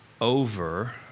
over